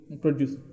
produce